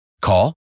Call